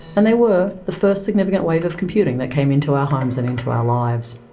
and they were the first significant wave of computing that came into our homes and into our lives.